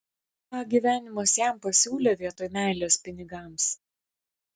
ką gyvenimas jam pasiūlė vietoj meilės pinigams